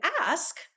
ask